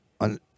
on